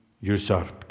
usurped